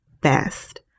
best